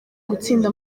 gutsinda